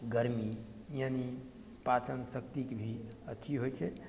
गर्मी यानी पाचन शक्तिके भी अथी होइ छै